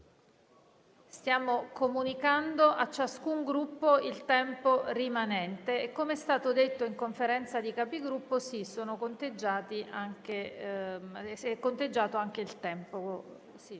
Stiamo comunicando a ciascun Gruppo il tempo rimanente. Come è stato detto in Conferenza dei Capigruppo, è conteggiato anche il tempo